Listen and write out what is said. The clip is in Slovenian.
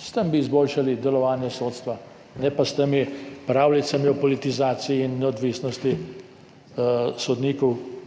S tem bi izboljšali delovanje sodstva, ne pa s temi pravljicami o politizaciji in neodvisnosti sodnikov,